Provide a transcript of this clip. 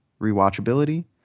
rewatchability